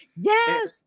Yes